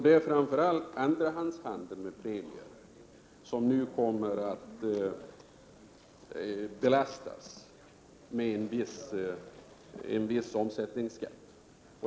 Det är framför allt andrahandshandeln som nu kommer att belastas med en viss omsättningsskatt.